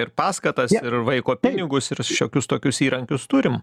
ir paskatas ir vaiko pinigus ir šiokius tokius įrankius turim